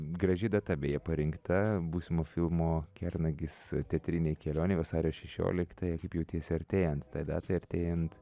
graži data beje parinkta būsimo filmo kernagis teatrinei kelionei vasario šešioliktąją kaip jautiesi artėjant datai artėjant